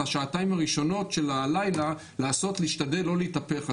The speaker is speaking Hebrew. את השעתיים הראשונות של הלילה להשתדל לא להתהפך.